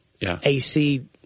AC